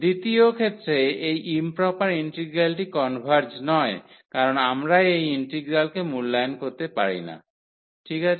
দ্বিতীয় ক্ষেত্রে এই ইম্প্রপার ইন্টিগ্রালটি কনভার্জ নয় কারণ আমরা এই ইন্টিগ্রালকে মূল্যায়ন করতে পারি না ঠিক আছে